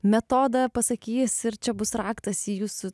metodą pasakys ir čia bus raktas į jūsų